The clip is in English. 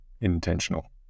intentional